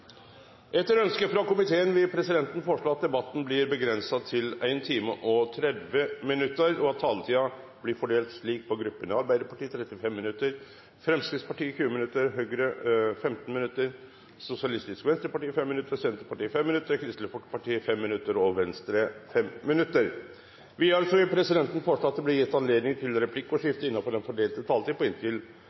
Etter ønske fra kommunal- og forvaltningskomiteen vil presidenten foreslå at debatten blir begrenset til 1 time og 30 minutter, og at taletiden blir fordelt slik på gruppene: Arbeiderpartiet 35 minutter, Fremskrittspartiet 20 minutter, Høyre 15 minutter, Sosialistisk Venstreparti 5 minutter, Senterpartiet 5 minutter, Kristelig Folkeparti 5 minutter og Venstre 5 minutter. Videre vil presidenten foreslå at det blir gitt anledning til replikkordskifte på inntil